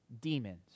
Demons